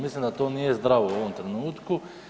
Mislim da to nije zdravo u ovom trenutku.